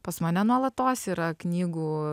pas mane nuolatos yra knygų